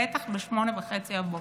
בטח ב-08:30.